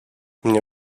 mnie